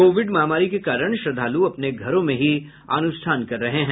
Covid महामारी के कारण श्रद्धाल् अपने घरों में ही अनुष्ठान कर रहे हैं